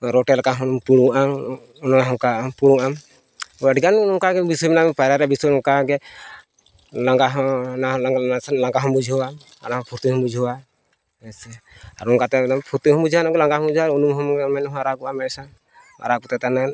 ᱨᱚᱴᱮ ᱞᱮᱠᱟ ᱦᱚᱢ ᱯᱩᱲᱩᱜ ᱟᱢ ᱱᱚᱣᱟ ᱦᱚᱸ ᱚᱱᱠᱟᱜ ᱟᱢ ᱯᱩᱲᱩᱜ ᱟᱢ ᱛᱚ ᱟᱹᱰᱤ ᱜᱟᱱ ᱱᱚᱝᱠᱟᱜᱮ ᱵᱤᱥᱚᱭ ᱢᱮᱱᱟᱜᱼᱟ ᱯᱟᱭᱨᱟᱜ ᱨᱮ ᱵᱤᱥᱚᱭ ᱱᱚᱝᱠᱟᱜᱮ ᱞᱟᱜᱟ ᱦᱚᱸ ᱚᱱᱟ ᱦᱚᱸ ᱞᱟᱜᱟ ᱱᱟᱥᱮᱱᱟᱜ ᱞᱟᱜᱟ ᱦᱚᱢ ᱵᱩᱡᱷᱟᱹᱣᱟᱢ ᱟᱨ ᱦᱚᱸ ᱯᱷᱩᱨᱛᱤ ᱦᱚᱢ ᱵᱩᱡᱷᱟᱹᱣᱟ ᱦᱮᱸ ᱥᱮ ᱟᱨ ᱚᱱᱠᱟᱛᱮ ᱮᱠᱫᱚᱢ ᱯᱷᱩᱨᱛᱤ ᱦᱚᱢ ᱵᱩᱡᱷᱟᱹᱣᱟ ᱚᱱᱟ ᱞᱟᱜᱟ ᱦᱚᱢ ᱵᱩᱡᱷᱟᱹᱣᱟ ᱟᱨ ᱩᱱᱩᱢ ᱦᱚᱢ ᱩᱱᱩᱢᱚᱜᱼᱟ ᱢᱮᱫ ᱦᱚᱸ ᱟᱨᱟᱜᱼᱟ ᱢᱮᱫᱥᱟ ᱟᱨᱟᱜ ᱠᱟᱛᱮᱫ ᱛᱟᱭᱚᱢᱮᱢ